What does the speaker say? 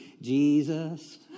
Jesus